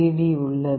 D உள்ளது